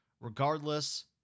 Regardless